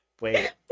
wait